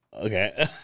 okay